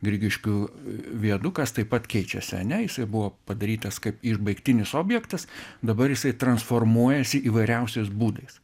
grigiškių viadukas taip pat keičiasi ane jisai buvo padarytas kaip išbaigtinis objektas dabar jisai transformuojasi įvairiausiais būdais